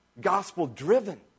gospel-driven